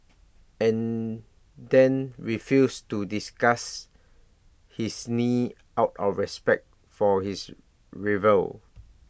and then refused to discuss his knee out of respect for his rival